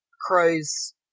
Crows